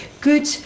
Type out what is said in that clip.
good